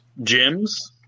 gyms